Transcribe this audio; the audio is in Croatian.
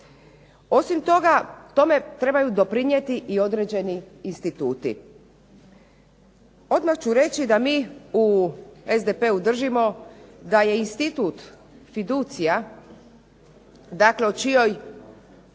Osim toga tome trebaju doprinijeti i određeni instituti. Odmah ću reći da mi u SDP-u držimo da je institut fiducija dakle u čijoj